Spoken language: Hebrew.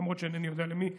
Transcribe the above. למרות שאינני יודע למי הצביע: